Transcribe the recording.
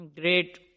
Great